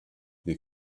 they